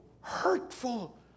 hurtful